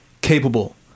capable